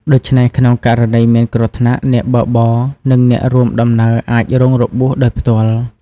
ដូច្នេះក្នុងករណីមានគ្រោះថ្នាក់ អ្នកបើកបរ និងអ្នករួមដំណើរអាចរងរបួសដោយផ្ទាល់។